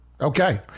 Okay